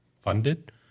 funded